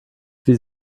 wie